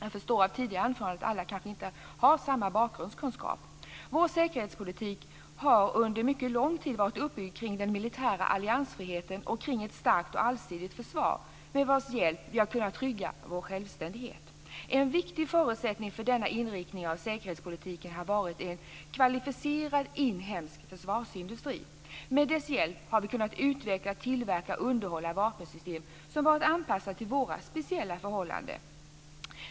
Jag förstår av tidigare anföranden att alla kanske inte har samma bakgrundskunskap. Vår säkerhetspolitik har under mycket lång tid varit uppbyggd kring den militära alliansfriheten och kring ett starkt och allsidigt försvar med vars hjälp vi har kunnat trygga vår självständighet. En viktig förutsättning för denna inriktning av säkerhetspolitiken har varit en kvalificerad inhemsk försvarsindustri. Med dess hjälp har vi kunnat utveckla, tillverka och underhålla vapensystem som varit anpassade till våra speciella förhållanden.